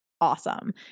awesome